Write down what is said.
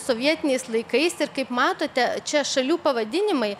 sovietiniais laikais ir kaip matote čia šalių pavadinimai